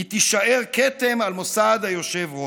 היא תישאר כתם על מוסד היושב-ראש.